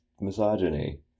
misogyny